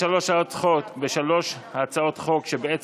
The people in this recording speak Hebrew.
והצעת חוק הביטוח הלאומי (תיקון,